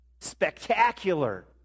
Spectacular